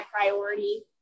priority